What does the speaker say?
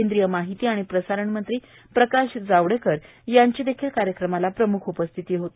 केंद्रीय माहिती आणि प्रसारण मंत्री प्रकाश जावडेकर यांची देखील कार्यक्रमाला प्रम्ख उपस्थिती होती